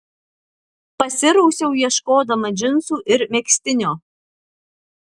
pasirausiau ieškodama džinsų ir megztinio